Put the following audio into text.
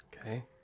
Okay